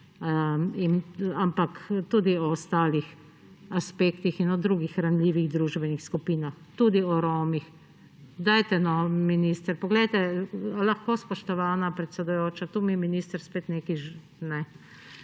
ampak tudi o ostalih aspektih in o drugih ranljivih družbenih skupinah, tudi o Romih. Dajte no, minister! Poglejte … Ali lahko, spoštovana predsedujoča? Tu mi minister spet nekaj